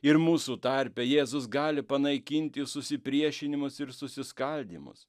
ir mūsų tarpe jėzus gali panaikinti susipriešinimus ir susiskaldymus